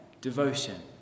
Devotion